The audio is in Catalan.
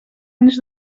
dins